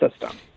system